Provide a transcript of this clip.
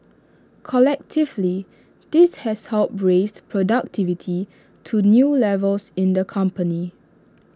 collectively this has helped raise productivity to new levels in the company